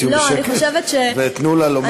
תהיו בשקט ותנו לה לומר את דבריה.